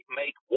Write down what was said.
make